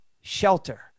shelter